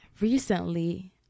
recently